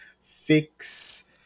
fix